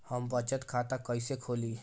हम बचत खाता कईसे खोली?